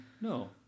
no